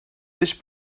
this